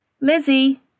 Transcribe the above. Lizzie